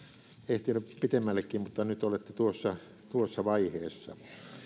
ehtineet pitemmällekin mutta nyt olette tuossa tuossa vaiheessa